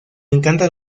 encantan